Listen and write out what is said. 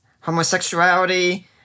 homosexuality